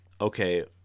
okay